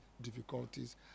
difficulties